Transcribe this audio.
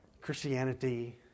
Christianity